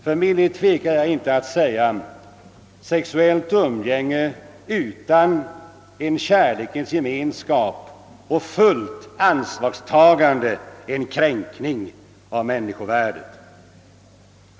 För min del tvekar jag inte att säga att sexuellt umgänge utan en kärlekens gemenskap och fullt ansvarstagande är en kränkning av människovärdet.